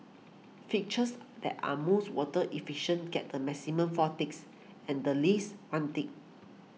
fixtures that are most water efficient get the maximum four ticks and the least one tick